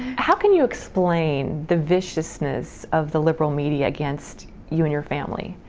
how can you explain the viciousness of the liberal media against you and your family?